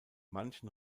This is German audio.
manchen